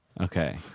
Okay